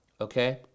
okay